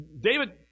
David